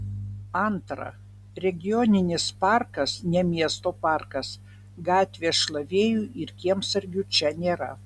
antra regioninis parkas ne miesto parkas gatvės šlavėjų ir kiemsargių čia nėra